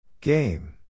Game